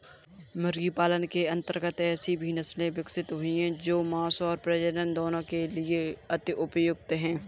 मुर्गी पालन के अंतर्गत ऐसी भी नसले विकसित हुई हैं जो मांस और प्रजनन दोनों के लिए अति उपयुक्त हैं